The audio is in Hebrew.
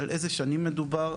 איזה שנים מדובר,